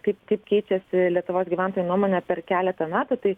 kaip kaip keičiasi lietuvos gyventojų nuomonė per keletą metų tai